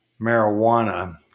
marijuana